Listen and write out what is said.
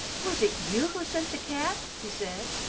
was it you who sent the cat? he said.